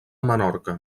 menorca